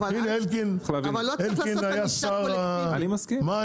הינה אלקין היה שר המים,